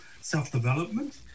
self-development